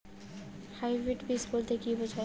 Hybrid বীজ বলতে কী বোঝায়?